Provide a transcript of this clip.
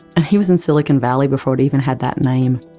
and he was in silicon valley before it even had that name,